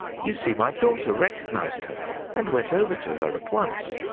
you see my daughter recognized her and went over to her at once.